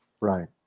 Right